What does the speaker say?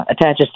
attaches